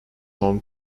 home